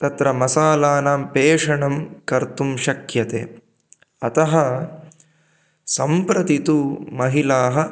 तत्र मसालानां पेषणं कर्तुं शक्यते अतः सम्प्रति तु महिलाः